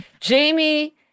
Jamie